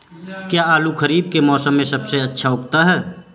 क्या आलू खरीफ के मौसम में सबसे अच्छा उगता है?